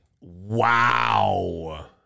Wow